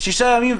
שישה ימים,